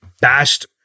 bashed